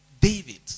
David